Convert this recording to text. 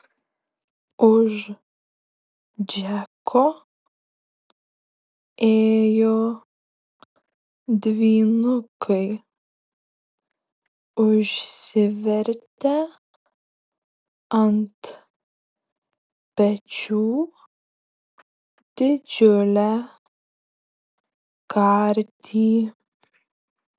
už džeko ėjo dvynukai užsivertę ant pečių didžiulę kartį